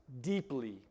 deeply